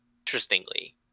interestingly